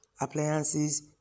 appliances